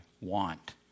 want